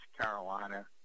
Carolina